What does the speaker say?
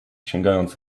sięgając